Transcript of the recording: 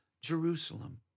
Jerusalem